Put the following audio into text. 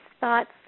thoughts